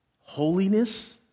holiness